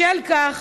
בשל כך,